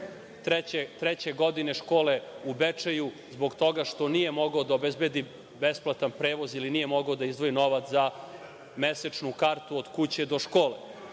treće godine škole u Bečeju, zbog toga što nije mogao da obezbedi besplatan prevoz ili nije mogao da izdvoji novac za mesečnu kartu od kuće do škole.U